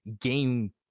game